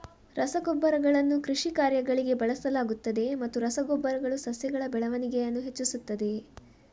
ರಸಗೊಬ್ಬರಗಳನ್ನು ಕೃಷಿ ಕಾರ್ಯಗಳಿಗೆ ಬಳಸಲಾಗುತ್ತದೆಯೇ ಮತ್ತು ರಸ ಗೊಬ್ಬರಗಳು ಸಸ್ಯಗಳ ಬೆಳವಣಿಗೆಯನ್ನು ಹೆಚ್ಚಿಸುತ್ತದೆಯೇ?